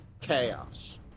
chaos